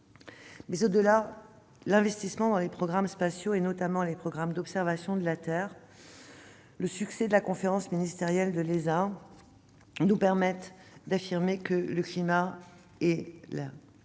Au-delà, l'investissement dans les programmes spatiaux, notamment les programmes d'observation de la Terre, ainsi que le succès de la conférence ministérielle de l'ESA nous permettent d'affirmer que le climat et la